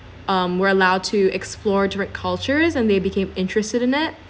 um we're allowed to explore different cultures and then became interested in it